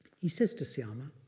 he says to sayama,